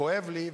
כואב לי.